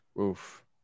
Oof